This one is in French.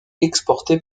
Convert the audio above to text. exportés